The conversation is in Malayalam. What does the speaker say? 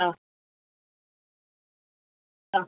ആ ആ